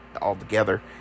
altogether